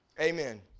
Amen